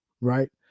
Right